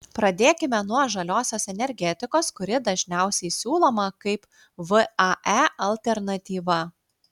pradėkime nuo žaliosios energetikos kuri dažniausiai siūloma kaip vae alternatyva